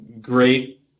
great